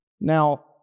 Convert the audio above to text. Now